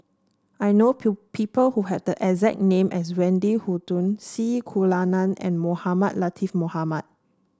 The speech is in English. I know people who have the exact name as Wendy Hutton C Kunalan and Mohamed Latiff Mohamed